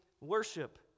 worship